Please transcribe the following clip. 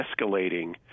escalating